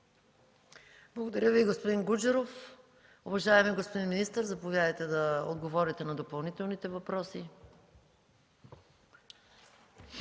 Благодаря Ви, господин Гуджеров. Уважаеми господин министър, заповядайте да отговорите на допълнителните въпроси.